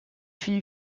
une